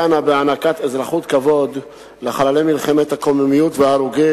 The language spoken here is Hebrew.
דנה בהענקת אזרחות כבוד לחללי מלחמת הקוממיות והרוגי